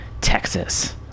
Texas